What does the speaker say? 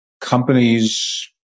companies